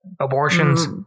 Abortions